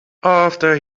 after